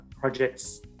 projects